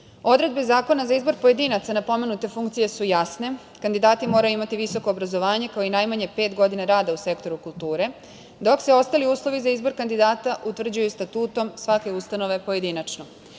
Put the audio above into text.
Zakona za izbor pojedinaca na pomenute funkcije su jasne. Kandidati moraju imati visoko obrazovanje, kao i najmanje pet godina rada u sektoru kulture, dok se ostali uslovi za izbor kandidata utvrđuju Statutom svake ustanove pojedinačno.